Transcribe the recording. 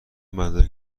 مدرک